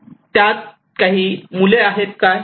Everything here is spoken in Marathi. त्यात काही मुले आहेत काय